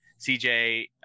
CJ